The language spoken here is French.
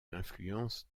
l’influence